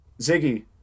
Ziggy